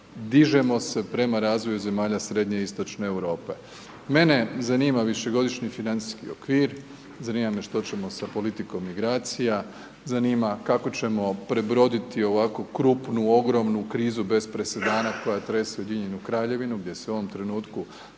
dižemo se prema razvoju zemalja srednje i istočne Europe. Mene zanima višegodišnji financijski okvir, zanima me što ćemo sa politikom migracija, zanima kako ćemo prebroditi ovako krupnu, ogromnu krizu bez presedana koja trese Ujedinjenu Kraljevinu gdje se u ovom trenutku